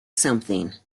something